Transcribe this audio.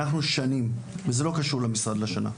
אנחנו שנים, וזה לא קשור למשרד השנה,